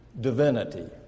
divinity